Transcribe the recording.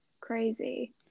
crazy